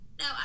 No